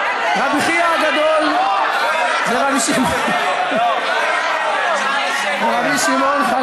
רבי חייא הגדול ורבי שמעון בן חלפתא,